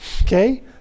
Okay